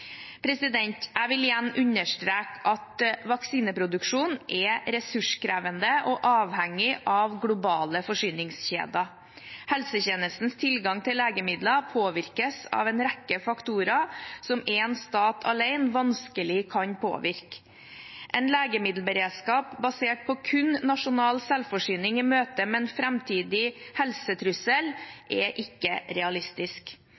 Jeg vil igjen understreke at vaksineproduksjon er ressurskrevende og avhengig av globale forsyningskjeder. Helsetjenestens tilgang til legemidler påvirkes av en rekke faktorer som én stat alene vanskelig kan påvirke. En legemiddelberedskap basert på kun nasjonal selvforsyning i møte med en framtidig helsetrussel er ikke realistisk.